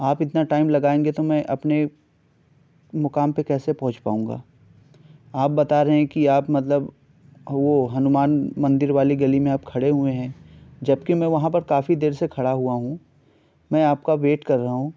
آپ اتنا ٹائم لگائیں گے تو میں اپنے مکام پہ کیسے پہنچ پاؤں گا آپ بتا رہے ہیں کہ آپ مطلب وہ ہنومان مندر والی گلی میں آپ کھڑے ہوئے ہیں جبکہ میں وہاں پر کافی دیر سے کھڑا ہوا ہوں میں آپ کا ویٹ کر رہا ہوں